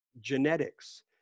genetics